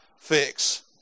fix